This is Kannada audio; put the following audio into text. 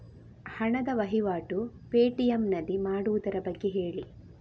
ಹಣದ ವಹಿವಾಟು ಪೇ.ಟಿ.ಎಂ ನಲ್ಲಿ ಮಾಡುವುದರ ಬಗ್ಗೆ ಹೇಳಿ